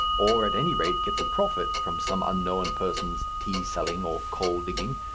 or at any rate gets a profit from some unknown persons tea-selling or coal-digging,